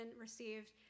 received